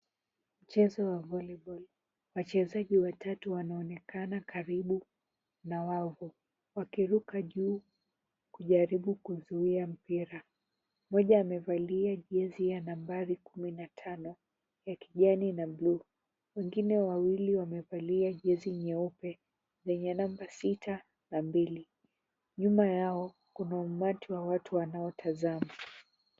Mchezo wa voliboli. Wachezaji watatu wanaonekana karibu na wao wakiruka juu wakijaribu kuzuia mpira. Mmoja amevalia jezi ya nambari kumi na tano ya kijani na buluu. Wengine wawili wamevalia jezi nyeupe lenye number sita na mbili. Nyuma yao kuna umati wa watu wanaotazama.